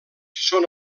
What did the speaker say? són